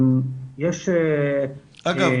אגב,